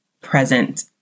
present